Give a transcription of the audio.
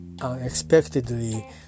unexpectedly